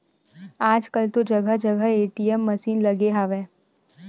आजकल तो जगा जगा ए.टी.एम मसीन लगे लगे हवय